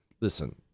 listen